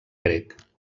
grec